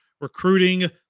recruiting